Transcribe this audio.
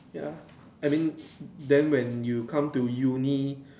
ya I mean them when you come to Uni